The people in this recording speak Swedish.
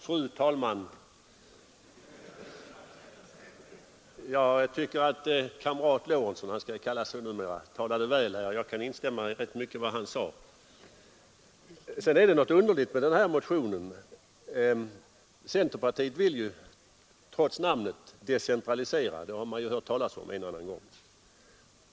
Fru talman! Jag tycker att kamrat Lorentzon — han skall ju kallas så numera — talade väl här, och jag kan instämma i rätt mycket av vad han sade. Sedan är det något underligt med den här motionen. Centerpartiet vill ju, trots namnet, decentralisera — det har man hört talas om en och annan gång.